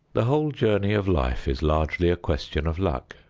the whole journey of life is largely a question of luck.